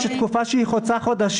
תהיה גישה לפרטי המידע האמורים באותה